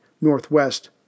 northwest